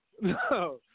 No